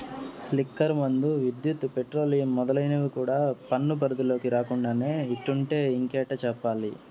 liquor మందు, విద్యుత్, petroleum మొదలైనవి కూడా పన్ను పరిధిలోకి రాకుండానే ఇట్టుంటే ఇంకేటి చెప్పాలి